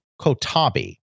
Kotabi